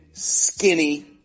Skinny